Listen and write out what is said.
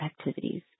activities